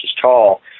tall